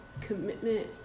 commitment